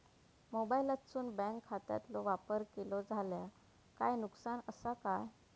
मोबाईलातसून बँक खात्याचो वापर केलो जाल्या काय नुकसान असा काय?